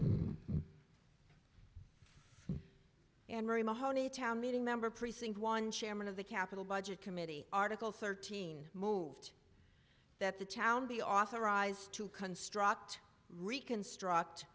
thirteen and mary mahoney town meeting member precinct one chairman of the capital budget committee article thirteen moved that the town be authorized to construct reconstruct